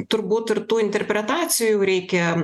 turbūt ir tų interpretacijų reikia